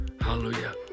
Hallelujah